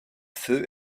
feu